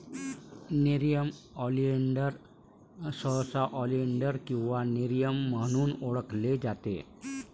nerium oleander सहसा oleander किंवा nerium म्हणून ओळखले जाते